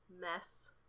mess-